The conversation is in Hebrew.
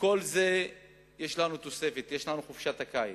ולכל זה יש לנו תוספת, חופשת הקיץ.